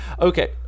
Okay